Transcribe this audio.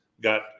got